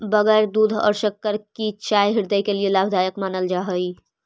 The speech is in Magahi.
बगैर दूध और शक्कर की चाय हृदय के लिए लाभदायक मानल जा हई